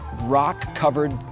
rock-covered